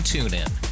TuneIn